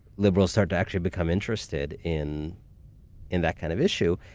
liberals start to actually become interested in in that kind of issue.